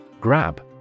Grab